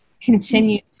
continue